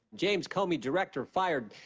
james comey, director, fired.